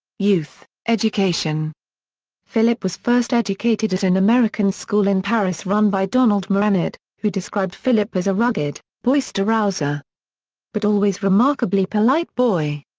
youth education philip was first educated at an american school in paris run by donald macjannet, who described philip as a rugged, boisterous. ah but always remarkably polite boy.